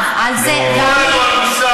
ואתה אומר לי: אל תטיפי מוסר?